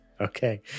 okay